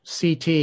CT